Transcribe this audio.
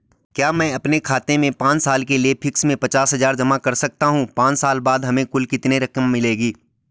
क्या मैं अपने खाते में पांच साल के लिए फिक्स में पचास हज़ार जमा कर सकता हूँ पांच साल बाद हमें कुल कितनी रकम मिलेगी?